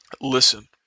listen